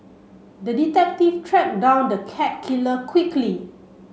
the detective tracked down the cat killer quickly